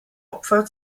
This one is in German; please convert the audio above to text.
opfer